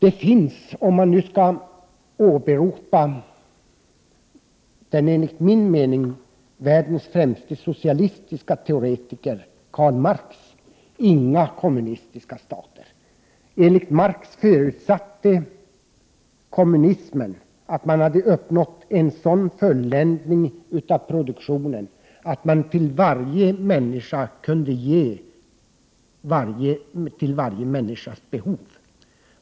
Enligt, som jag menar, världens främste socialistiske teoretiker, Karl Marx, finns det inga kommunistiska stater. Enligt Marx innebär kommunismen att man har uppnått en sådan fulländning av produktionen att man till varje människa kan ge hennes behov.